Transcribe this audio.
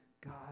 God